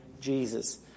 Jesus